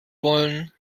wollen